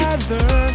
Together